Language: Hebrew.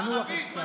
תנוח קצת.